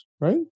right